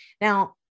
Now